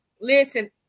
listen